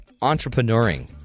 entrepreneuring